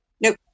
Nope